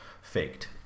faked